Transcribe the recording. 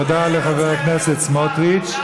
תודה לחבר הכנסת סמוטריץ.